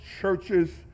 churches